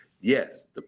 Yes